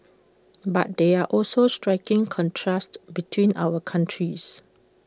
but there are also striking contrasts between our countries